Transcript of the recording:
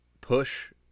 push –